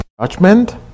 judgment